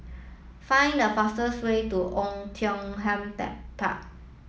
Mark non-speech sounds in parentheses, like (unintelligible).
find the fastest way to Oei Tiong Ham (unintelligible) Park